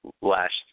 last